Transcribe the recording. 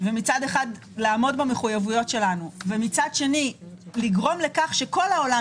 מצד אחד לעמוד במחויבויות שלנו ומצד שני לגרום לכך שכל העולם